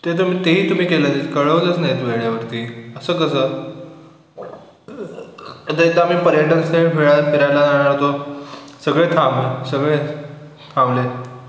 ते तुम्ही तेही तुम्ही केलं कळवलंच नाहीत वेळेवरती असं कसं आता इथं आम्ही पर्यटन स्थळी वेळेत फिरायला जाणार होतो सगळे थांब सगळे थांबले आहेत